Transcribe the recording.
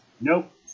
Nope